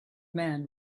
man